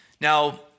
Now